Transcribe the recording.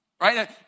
right